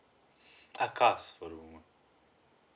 ah cars for